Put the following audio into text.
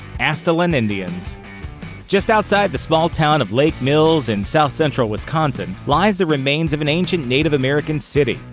aztalan indians just outside the small town of lake mills in south central wisconsin lie the remains of an ancient native american city.